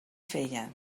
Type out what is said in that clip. feia